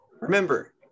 Remember